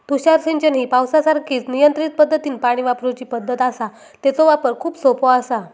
तुषार सिंचन ही पावसासारखीच नियंत्रित पद्धतीनं पाणी वापरूची पद्धत आसा, तेचो वापर खूप सोपो आसा